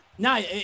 No